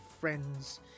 friends